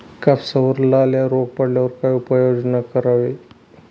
कापसावर लाल्या रोग पडल्यावर काय उपाययोजना करावी?